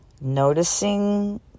Noticing